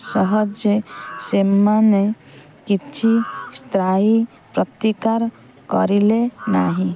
ସହଜେ ସେମାନେ କିଛି ସ୍ଥାୟୀ ପ୍ରତିକାର କରିଲେ ନାହିଁ